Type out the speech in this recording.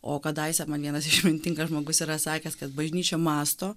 o kadaise man vienas išmintingas žmogus yra sakęs kad bažnyčia mąsto